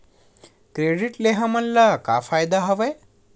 Credit ले हमन ला का फ़ायदा हवय?